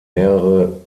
mehrere